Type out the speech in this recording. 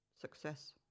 success